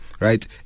Right